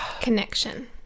connection